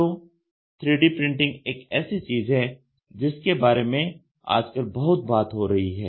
तो 3D printing एक ऐसी चीज है जिसके बारे में आजकल बहुत बात हो रही है